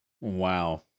Wow